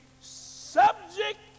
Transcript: subject